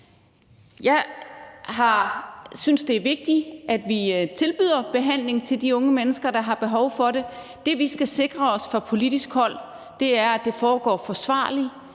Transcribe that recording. Jeg synes, det er vigtigt, at vi tilbyder behandling til de unge mennesker, der har behov for det. Det, vi skal sikre os fra politisk hold, er, at det foregår forsvarligt,